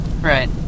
Right